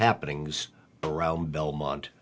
happenings around belmont